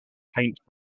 paint